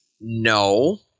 no